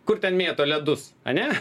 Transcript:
kur ten mėto ledus ane